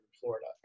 Florida